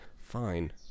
fine